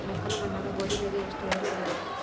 ಮೆಕ್ಕಲು ಮಣ್ಣಾಗ ಗೋಧಿ ಬೆಳಿಗೆ ಎಷ್ಟ ಇಳುವರಿ ಪಡಿಬಹುದ್ರಿ?